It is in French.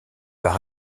par